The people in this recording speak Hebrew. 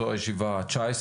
זו הישיבה ה-19,